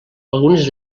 algunes